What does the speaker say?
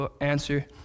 answer